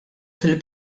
fil